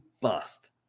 bust